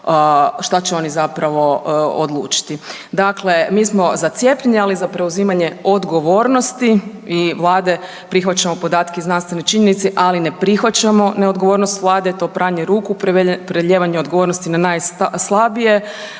šta će oni zapravo odlučiti. Dakle, mi smo za cijepljenje ali i za preuzimanje odgovornosti Vlade i prihvaćamo podatke i znanstvene činjenice ali ne prihvaćamo neodgovornost Vlade, to pranje ruku, prelijevanje odgovornosti na najslabije,